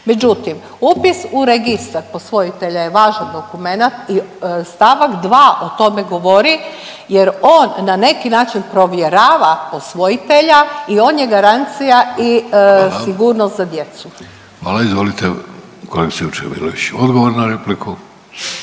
Međutim, upis u registar posvojitelja je važan dokumenat i stavak 2. o tome govori jer on na neki način provjerava posvojitelja i on je garancija i …/Upadica: Hvala./… sigurnost za djecu.